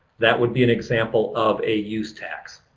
that would be an example of a use tax.